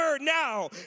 now